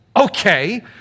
okay